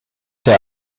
der